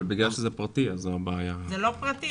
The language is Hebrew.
אבל בגלל שזה פרטי אז הבעיה --- זה לא פרטי,